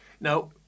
Now